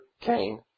Cain